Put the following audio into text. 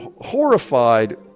horrified